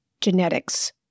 genetics